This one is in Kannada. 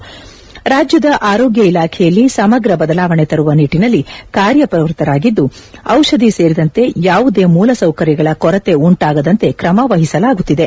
ರಾಜ್ಯದ ರಾಜ್ಯದ ರೋಗ್ಯ ಇಲಾಖೆಯಲ್ಲಿ ಸಮಗ್ರ ಬದಲಾವಣೆ ತರುವ ನಿಟ್ಟಿನಲ್ಲಿ ಕಾರ್ಯಪ್ರವೃತ್ತರಾಗಿದ್ದು ಔಷಧಿ ಸೇರಿದಂತೆ ಯಾವುದೇ ಮೂಲಸೌಕರ್ಯಗಳ ಕೊರತೆ ಉಂಟಾಗದಂತೆ ಕ್ರಮ ವಹಿಸಲಾಗುತ್ತಿದೆ